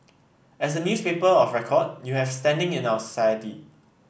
as the newspaper of record you have standing in our society